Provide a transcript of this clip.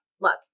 look